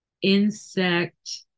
Insect